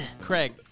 Craig